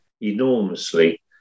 enormously